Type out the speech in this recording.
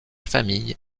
famille